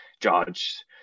judge